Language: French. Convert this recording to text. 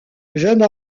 jeune